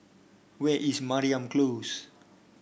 where is Mariam Close